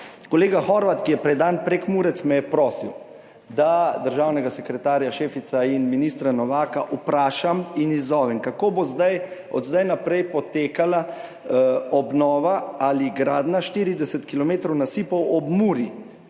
Kolega Horvat, ki je predan Prekmurec, me je prosil, da državnega sekretarja Šefica in ministra Novaka vprašam in izzovem, kako bo od zdaj naprej potekala obnova ali gradnja 40 kilometrov nasipov ob Muri.